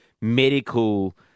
medical